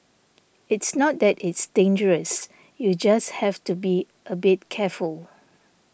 it's not that it's dangerous you just have to be a bit careful